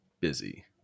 busy